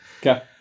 Okay